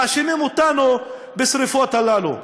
מאשימים אותנו בשרפות האלה.